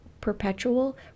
perpetual